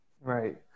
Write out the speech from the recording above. Right